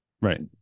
right